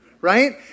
Right